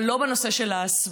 אבל לא בנושא של ההסברה.